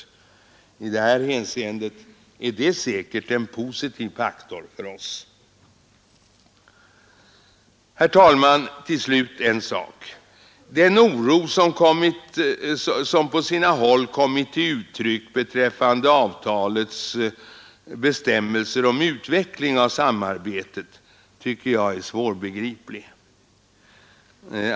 I det här hänseendet är Danmarks inträde säkert en positiv faktor för oss. Herr talman, till slut en sak. Den oro som på sina håll kommit till uttryck beträffande avtalets bestämmelser om utveckling av samarbetet, tycker jag är svårbegripligt.